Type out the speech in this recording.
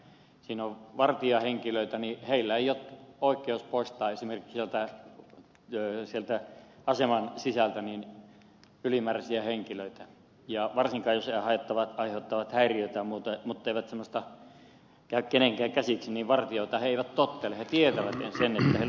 kun siellä on vartijahenkilöitä niin heillä ei ole oikeutta poistaa esimerkiksi sieltä aseman sisältä ylimääräisiä henkilöitä ja varsinkin jos nämä aiheuttavat häiriötä mutta eivät käy kenenkään käsiksi niin vartijoita he eivät tottele he tietävät sen että vartijoilla ei riitä oikeudet